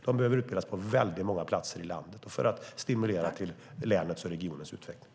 De behöver utbildas på många platser i landet för att stimulera länets och regionens utveckling.